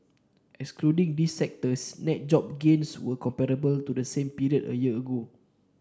excluding these sectors net job gains were comparable to the same period a year ago